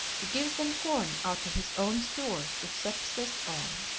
he gives them corn out of his own stores to subsist on.